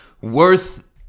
worth—